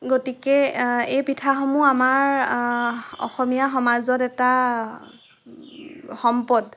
গতিকে এই পিঠাসমূহ আমাৰ অসমীয়া সমাজত এটা সম্পদ